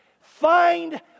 find